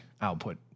output